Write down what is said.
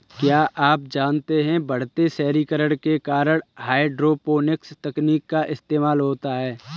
क्या आप जानते है बढ़ते शहरीकरण के कारण हाइड्रोपोनिक्स तकनीक का इस्तेमाल होता है?